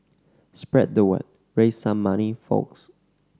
spread the word raise some money folks